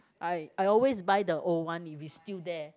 I I always buy the old one if it's still there